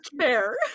fair